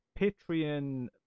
Patreon